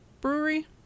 Brewery